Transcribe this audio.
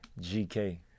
Gk